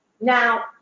Now